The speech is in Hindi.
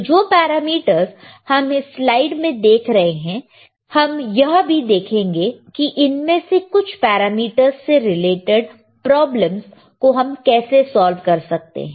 तो जो पैरामीटर्स हम इस स्लाइड में देख रहे हैं हम यह भी देखेंगे की इनमें से कुछ पैरामीटर्स से रिलेटेड प्रॉब्लम्स को हम कैसे सॉल्व कर सकते हैं